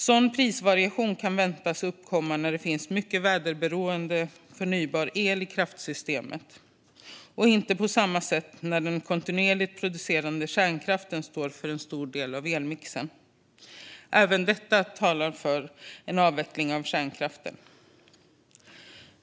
Sådan prisvariation kan väntas uppkomma när det finns mycket väderberoende förnybar el i kraftsystemet och inte på samma sätt när den kontinuerligt producerade kärnkraften står för en stor del av elmixen. Även detta talar för en avveckling av kärnkraften.